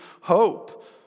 hope